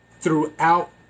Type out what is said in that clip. throughout